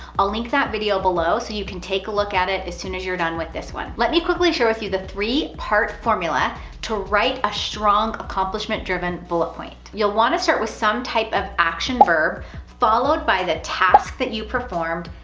i'll link that video below so you can take a look at it as soon as you're done with this one. let me quickly share with you the three part formula to write a strong accomplishment-driven bullet point. you'll wanna start with some type of action verb followed by the task that you performed,